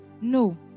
no